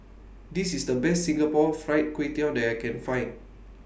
This IS The Best Singapore Fried Kway Tiao that I Can Find